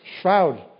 shroud